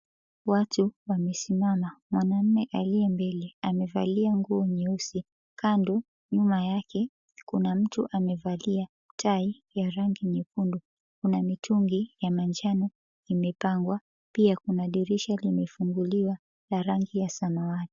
Watu wamesimama. Mwanamme aliye mbele amevalia nguo nyeusi. Kando, nyuma yake kuna mtu amevalia tai ya rangi nyekundu. Kuna mitungi ya manjano imepangwa. Pia kuna dirisha limefunguliwa la rangi ya samawati.